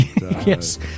Yes